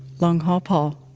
long haul paul,